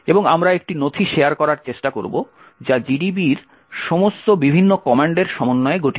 এবং আমরা একটি নথি শেয়ার করার চেষ্টা করব যা gdb এর সমস্ত বিভিন্ন কমান্ডের সমন্বয়ে গঠিত